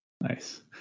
Nice